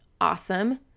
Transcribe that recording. awesome